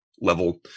level